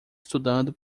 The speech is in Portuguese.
estudando